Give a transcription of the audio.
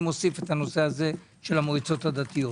אני מוסיף את הנושא הזה של המועצות הדתיות.